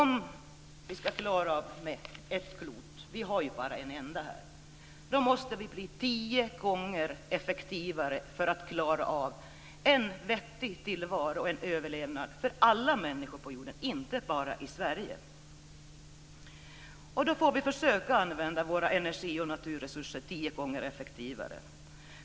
Vi ska klara vårt klot - vi har bara ett enda. Vi måste bli tio gånger effektivare för att klara av en vettig tillvaro och säkra överlevnaden för alla människor på jorden - inte bara i Sverige. Då får vi försöka använda våra energi och naturresurser tio gånger effektivare.